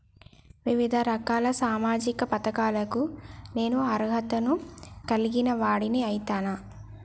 వివిధ రకాల సామాజిక పథకాలకు నేను అర్హత ను కలిగిన వాడిని అయితనా?